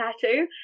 tattoo